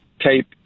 tape